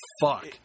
fuck